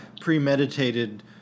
premeditated